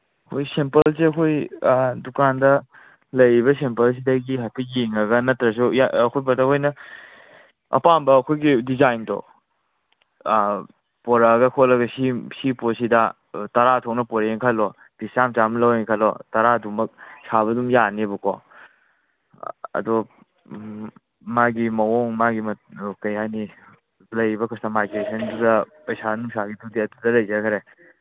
ꯍꯣꯏ ꯁꯦꯝꯄꯜꯁꯦ ꯍꯣꯏ ꯗꯨꯀꯥꯟꯗ ꯂꯩꯔꯤꯕ ꯁꯦꯝꯄꯜꯁꯤꯗꯒꯤ ꯍꯥꯏꯐꯦꯠ ꯌꯦꯡꯉꯒ ꯅꯠꯇ꯭ꯔꯁꯨ ꯕ꯭ꯔꯗꯔ ꯍꯣꯏꯅ ꯑꯄꯥꯝꯕ ꯑꯩꯈꯣꯏꯒꯤ ꯗꯤꯖꯥꯏꯟꯗꯣ ꯄꯣꯔꯛꯑꯒ ꯈꯣꯠꯂꯒ ꯁꯤ ꯁꯤ ꯄꯣꯠꯁꯤꯗ ꯇꯔꯥ ꯊꯣꯛꯅ ꯄꯣꯔꯛꯑꯦꯅ ꯈꯜꯂꯣ ꯄꯤꯁ ꯆꯥꯝ ꯆꯥꯝ ꯂꯧꯔꯦ ꯈꯜꯂꯣ ꯇꯔꯥꯗꯨꯃꯛ ꯁꯥꯕ ꯑꯗꯨꯝ ꯌꯥꯅꯤꯕꯀꯣ ꯑꯗꯣ ꯃꯥꯒꯤ ꯃꯑꯣꯡ ꯃꯥꯒꯤ ꯀꯔꯤ ꯍꯥꯏꯅꯤ ꯂꯩꯔꯤꯕ ꯀꯁꯇꯃꯥꯏꯖꯦꯁꯟꯗꯨꯗ ꯄꯩꯁꯥ ꯅꯨꯡꯁꯥꯒꯤꯗꯨꯗꯤ ꯑꯗꯨꯗ ꯂꯩꯖꯈ꯭ꯔꯦ